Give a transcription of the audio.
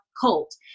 cult